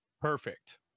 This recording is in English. Perfect